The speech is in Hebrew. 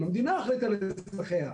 המדינה אחראית על אזרחיה.